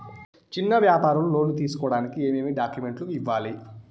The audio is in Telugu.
చిన్న వ్యాపారులు లోను తీసుకోడానికి ఏమేమి డాక్యుమెంట్లు ఇవ్వాలి?